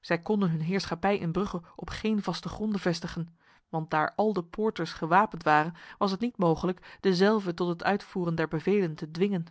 zij konden hun heerschappij in brugge op geen vaste gronden vestigen want daar al de poorters gewapend waren was het niet mogelijk dezelve tot het uitvoeren der bevelen te dwingen